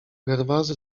gerwazy